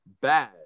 bad